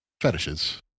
fetishes